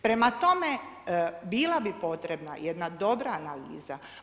Prema tome, bila bi potrebna jedna dobra analiza.